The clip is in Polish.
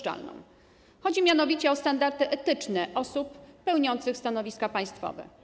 Chodzi mianowicie o standardy etyczne osób pełniących stanowiska państwowe.